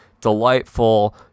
delightful